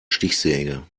stichsäge